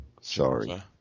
Sorry